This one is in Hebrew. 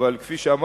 אבל כפי שאמרתי,